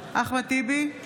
אחמד טיבי,